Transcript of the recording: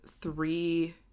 three